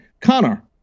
Connor